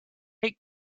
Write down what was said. take